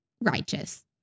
righteous